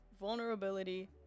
vulnerability